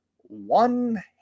one